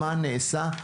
מה נעשה,